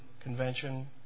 convention